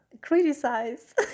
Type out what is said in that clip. criticize